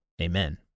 Amen